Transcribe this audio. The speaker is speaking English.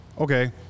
okay